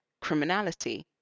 criminality